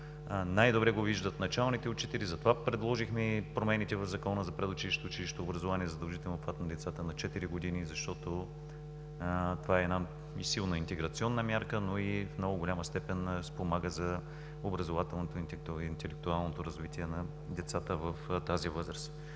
Най-добре го виждат началните учители, затова предложихме промените в Закона за предучилищното и училищното образование за задължителния обхват на децата на четири години, защото това е една силна интеграционна мярка, но в много голяма степен спомага и за образователното и интелектуалното развитие на децата в тази възраст.